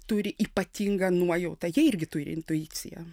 turi ypatingą nuojautą jie irgi turi intuiciją